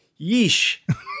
yeesh